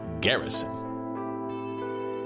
Garrison